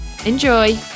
Enjoy